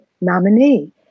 nominee